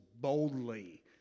boldly